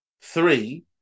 three